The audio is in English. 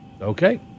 Okay